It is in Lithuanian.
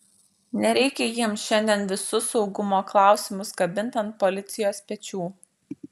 nereikia jiems šiandien visus saugumo klausimus kabint ant policijos pečių